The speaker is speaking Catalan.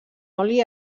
oli